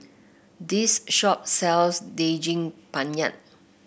this shop sells Daging Penyet